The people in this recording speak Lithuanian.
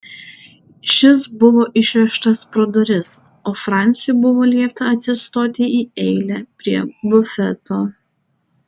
šis buvo išvežtas pro duris o franciui buvo liepta atsistoti į eilę prie bufeto